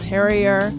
Terrier